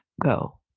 go